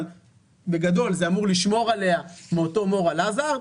אבל בגדול זה אמור לשמור עליה מאותו moral hazard.